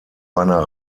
einer